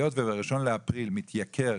היות ובאחד באפריל מתייקרת